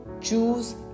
choose